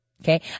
okay